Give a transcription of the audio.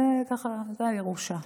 זו הירושה.